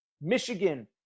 Michigan